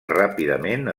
ràpidament